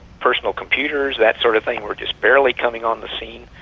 personal computers, that sort of thing, were just barely coming on the scene.